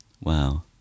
Wow